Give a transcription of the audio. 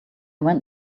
went